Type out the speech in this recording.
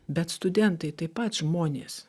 bet studentai taip pat žmonės